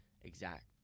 exact